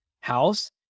house